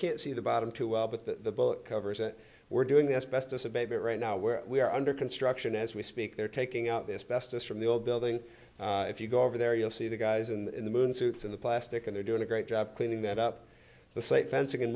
can't see the bottom too well but the covers that we're doing the asbestos abatement right now where we are under construction as we speak they're taking out this best us from the old building if you go over there you'll see the guys in the moon suits in the plastic and they're doing a great job cleaning that up the site fencing